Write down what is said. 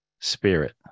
spirit